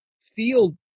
field